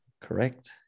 Correct